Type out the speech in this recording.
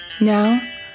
Now